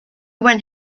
when